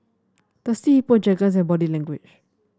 Thirsty Hippo Jergens and Body Language